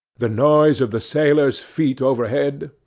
the noise of the sailors' feet overhead,